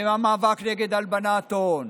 המאבק נגד הלבנת הון,